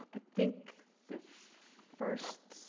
i think the first.